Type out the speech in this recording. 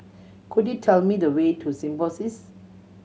could you tell me the way to Symbiosis